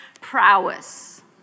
prowess